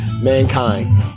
mankind